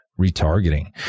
retargeting